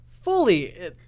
fully